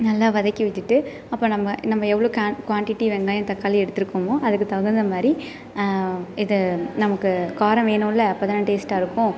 நல்லா வதக்கி விட்டுட்டு அப்புறம் நம்ம நம்ம எவ்வளோக்கு குவாண்டிட்டி வெங்காயம் தக்காளி எடுத்திருக்கோமோ அதுக்கு தகுந்தமாதிரி இது நமக்கு காரம் வேணும்ல அப்போ தானே டேஸ்ட்டாக இருக்கும்